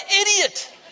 idiot